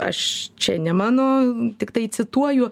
aš čia ne mano tiktai cituoju